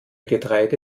getreide